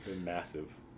massive